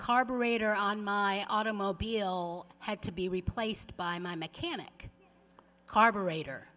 carburetor on my automobile had to be replaced by my mechanic carburetor